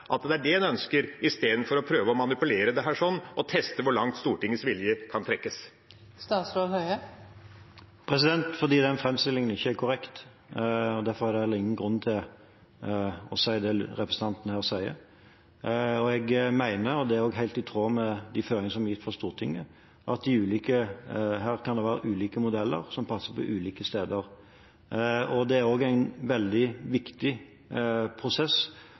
at det er det en ønsker, istedenfor å prøve å manipulere dette og teste hvor langt Stortingets vilje kan trekkes? Fordi den framstillingen ikke er korrekt, og derfor er det heller ingen grunn til å si det som representanten Lundteigen her sier. Jeg mener – og det er helt i tråd med de føringene som er gitt av Stortinget – at det kan være ulike modeller som passer ulike steder. Det er en veldig viktig prosess